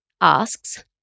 asks